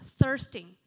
thirsting